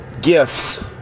gifts